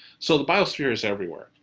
so the biosphere's everywhere.